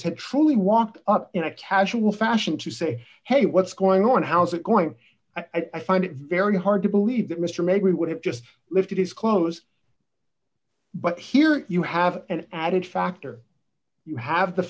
had truly walked up in a casual fashion to say hey what's going on how's it going i find it very hard to believe that mister maybe would have just lifted his clothes but here you have an added factor you have the